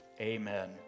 amen